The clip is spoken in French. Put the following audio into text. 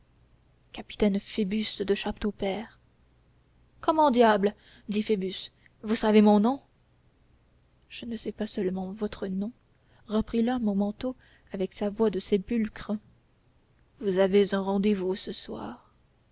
capitaine phoebus de châteaupers comment diable dit phoebus vous savez mon nom je ne sais pas seulement votre nom reprit l'homme au manteau avec sa voix de sépulcre vous avez un rendez-vous ce soir